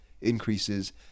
increases